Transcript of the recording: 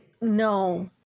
no